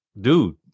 dude